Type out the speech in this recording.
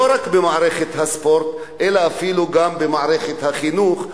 לא רק במערכת הספורט אלא אפילו גם במערכת החינוך.